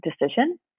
decision